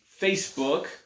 Facebook